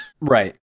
right